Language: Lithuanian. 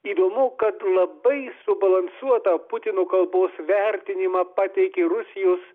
įdomu kad labai subalansuotą putino kalbos vertinimą pateikė rusijos